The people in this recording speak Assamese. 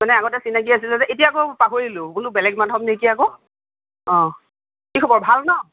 মানে আগতে চিনাকি আছিল যে এতিয়া আকৌ পাহৰিলোঁ বোলো বেলেগ মাধৱ নেকি আকৌ কি খবৰ ভাল ন